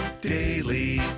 Daily